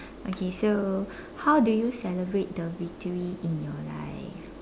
okay so how do you celebrate the victory in your life